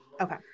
Okay